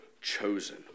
chosen